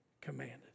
commanded